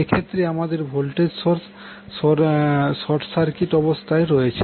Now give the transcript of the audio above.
এক্ষেত্রে আমাদের voltage source short circuit অবস্থায় রয়েছে